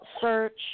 search